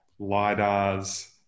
LIDARs